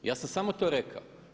Ja sam samo to rekao.